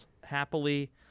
happily